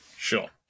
sure